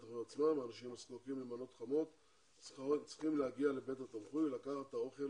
האנשים הזקוקים למנות חמות צריכים להגיע לבית התמחוי לקחת את האוכל